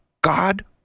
God